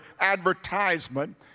advertisement